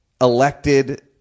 elected